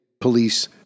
police